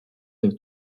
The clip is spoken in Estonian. võib